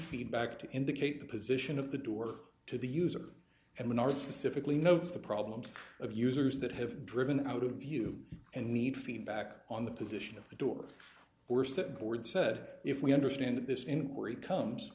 feedback to indicate the position of the door to the user and when are specifically notes the problem of users that have driven out of view and need feedback on the position of the door were stepped forward said if we understand this inquiry comes